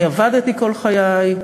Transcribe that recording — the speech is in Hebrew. אני עבדתי כל חיי,